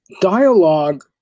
dialogue